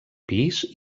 pis